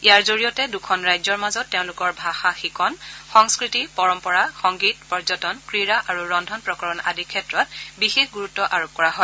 ইয়াৰ জৰিয়তে দুখন ৰাজ্যৰ মাজত তেওঁলোকৰ ভাষা শিকণ সংস্কৃতি পৰম্পৰা সংগীত পৰ্যটন ক্ৰীড়া আৰু ৰন্ধন প্ৰকৰণ আদি ক্ষেত্ৰত বিশেষ গুৰুত্ব আৰোপ কৰা হয়